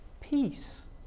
Peace